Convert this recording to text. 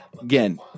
again